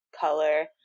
color